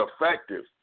effective